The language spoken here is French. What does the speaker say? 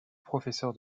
professeur